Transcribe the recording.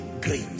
great